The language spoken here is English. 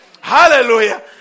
Hallelujah